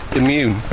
immune